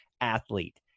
athlete